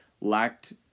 lacked